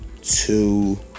two